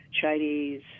Chinese